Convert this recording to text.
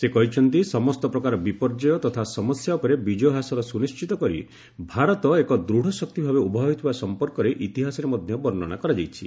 ସେ କହିଛନ୍ତି ସମସ୍ତ ପ୍ରକାର ବିପର୍ଯ୍ୟୟ ତଥା ସମସ୍ୟା ଉପରେ ବିଜୟ ହାସଲ ସୁନିଶ୍ଚିତ କରି ଭାରତ ଏକ ଦୂଢ଼ ଶକ୍ତି ଭାବେ ଉଭା ହୋଇଥିବା ସଂପର୍କରେ ଇତିହାସରେ ମଧ୍ୟ ବର୍ଣ୍ଣନା କରାଯାଇଛି